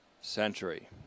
century